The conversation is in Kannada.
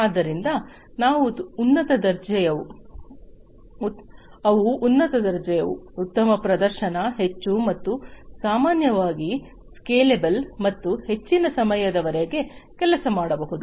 ಆದ್ದರಿಂದ ಅವು ಉನ್ನತ ದರ್ಜೆಯವು ಉತ್ತಮ ಪ್ರದರ್ಶನ ಹೆಚ್ಚು ಮತ್ತು ಸಾಮಾನ್ಯವಾಗಿ ಸ್ಕೇಲೆಬಲ್ ಮತ್ತು ಹೆಚ್ಚಿನ ಸಮಯದವರೆಗೆ ಕೆಲಸ ಮಾಡಬಹುದು